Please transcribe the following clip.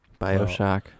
Bioshock